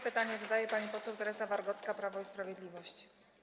Pytanie zadaje pani poseł Teresa Wargocka, Prawo i Sprawiedliwość.